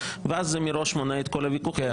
ואז מראש זה מונע את כל הוויכוחים.